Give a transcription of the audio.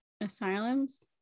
asylums